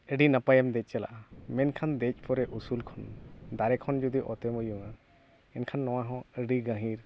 ᱟᱹᱰᱤ ᱱᱟᱯᱟᱭᱮᱢ ᱫᱮᱡ ᱪᱟᱞᱟᱜᱼᱟ ᱢᱮᱱᱠᱷᱟᱱ ᱫᱮᱡ ᱯᱚᱨᱮ ᱩᱥᱩᱞ ᱠᱷᱚᱱ ᱫᱟᱨᱮ ᱠᱷᱚᱱ ᱡᱩᱫᱩ ᱚᱛᱮᱢ ᱩᱭᱩᱝᱟ ᱮᱱᱠᱷᱟᱱ ᱱᱚᱣᱟ ᱦᱚᱸ ᱟᱹᱰᱤ ᱜᱟᱹᱦᱤᱨ